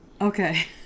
Okay